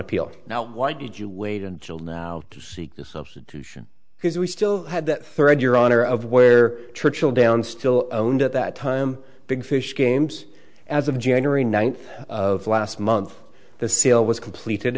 appeal now why did you wait until now to seek the substitution because we still had that third your honor of where churchill downs still owned at that time big fish games as of january ninth of last month the sale was completed